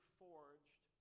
forged